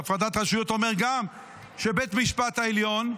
הפרדת רשויות אומרת גם שבית המשפט העליון,